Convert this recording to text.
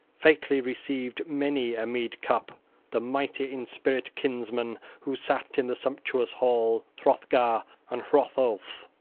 featly received many a mead-cup the mighty-in-spirit, kinsmen who sat in the sumptuous hall, hrothgar and hrothulf.